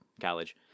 college